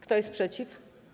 Kto jest przeciw?